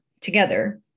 together